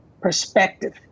perspective